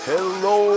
Hello